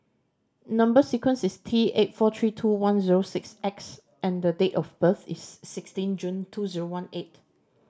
number sequence is T eight four three two one zero six X and the date of birth is sixteen June two zero one eight